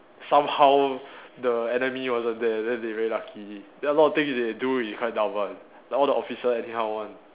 somehow the enemy wasn't there then they very lucky then a lot of things they do is quite dumb one like all the officer anyhow one